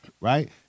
right